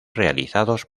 realizados